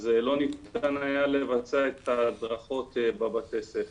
אז לא ניתן היה לבצע את ההדרכות בבתי הספר.